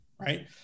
right